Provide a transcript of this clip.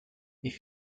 ich